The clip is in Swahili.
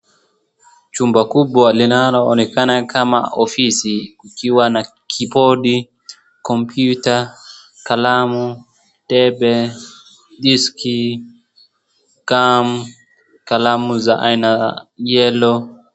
Chumba kumbwa linaloonekana kama ofisi kukiwa na kibodi , kompyuta , kalamu, debe, diski , gam , kalamu za aina yellow .